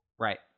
Right